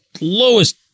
lowest